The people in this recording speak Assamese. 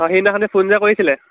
অঁ সেইদিনাখন ফোন যে কৰিছিলে